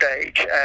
stage